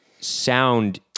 sound